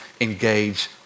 engage